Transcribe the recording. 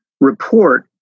report